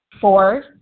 Four